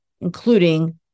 including